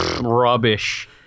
rubbish